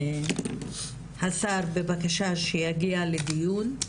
כן לשר בבקשה שיגיע לדיון.